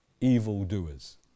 evildoers